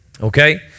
okay